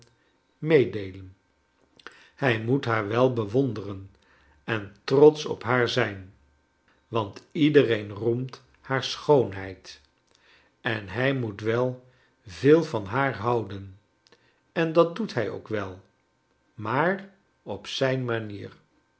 meedeelen hij moet haar wel bewonderen en trotsch op haar zijn want iedereen roemt haar schoonheid en hij moet wel veel van haar houden en dat doet hij ook wel maar op zijn manier